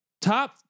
Top